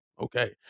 Okay